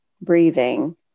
breathing